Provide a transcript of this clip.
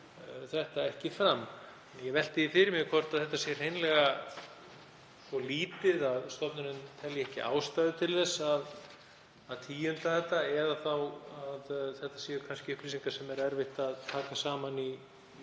þetta ekki fram. Ég velti því fyrir mér hvort þetta sé hreinlega svo lítið að stofnunin telji ekki ástæðu til að tíunda það eða þá að þetta séu upplýsingar sem erfitt er að taka saman í